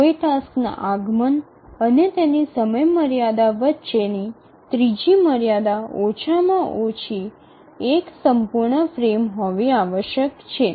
કોઈ ટાસ્કના આગમન અને તેની સમયમર્યાદા વચ્ચેની ત્રીજી મર્યાદા ઓછામાં ઓછો એક સંપૂર્ણ ફ્રેમ હોવી આવશ્યક છે